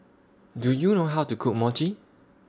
Do YOU know How to Cook Mochi